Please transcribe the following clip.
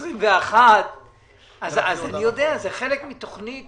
וזה חלק מתוכנית